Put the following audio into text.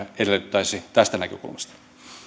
edellyttäisivät tästä näkökulmasta